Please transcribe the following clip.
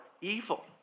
evil